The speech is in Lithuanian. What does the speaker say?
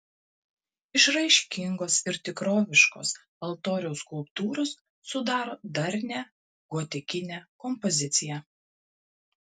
išraiškingos ir tikroviškos altoriaus skulptūros sudaro darnią gotikinę kompoziciją